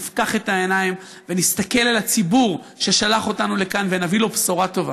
נפקח את העיניים ונסתכל על הציבור ששלח אותנו לכאן ונביא לו בשורה טובה.